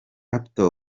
latin